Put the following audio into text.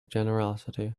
generosity